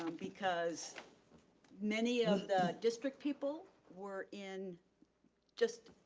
um because many of the district people were in just,